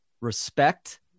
respect